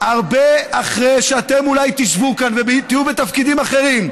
הרבה אחרי שאתם אולי תשבו כאן ותהיו בתפקידים אחרים,